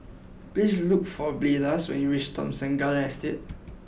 please look for Blaise when you reach Thomson Garden Estate